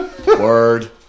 word